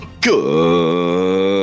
Good